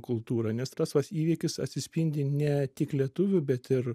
kultūrą nes tas pats įvykis atsispindi ne tik lietuvių bet ir